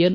N